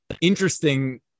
interesting